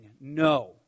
no